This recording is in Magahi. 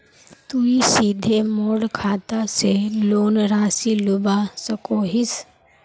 तुई सीधे मोर खाता से लोन राशि लुबा सकोहिस?